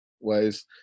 ways